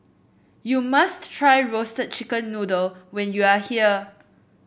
you must try Roasted Chicken Noodle when you are here